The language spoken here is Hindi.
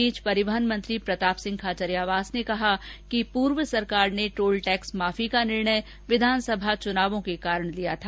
इस बीच परिवहन मंत्री प्रताप सिंह खाचरियावास ने कहा कि पूर्व सरकार ने टोल टैक्स माफी का निर्णय विधानसभा चुनावों के कारण लिया था